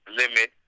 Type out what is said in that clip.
limit